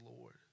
Lord